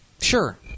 Sure